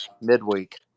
midweek